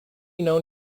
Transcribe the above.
known